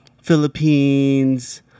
philippines